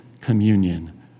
communion